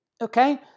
okay